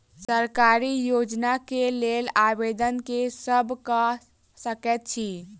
सरकारी योजना केँ लेल आवेदन केँ सब कऽ सकैत अछि?